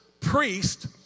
priest